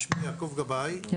שמי יעקב גבאי ואני גמלאי משרד החוץ.